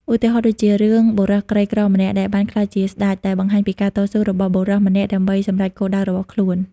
ឧទាហរណ៍ដូចជា រឿង បុរសក្រីក្រម្នាក់ដែលបានក្លាយជាស្តេច ដែលបង្ហាញពីការតស៊ូរបស់បុរសម្នាក់ដើម្បីសម្រេចគោលដៅរបស់ខ្លួន។